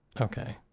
Okay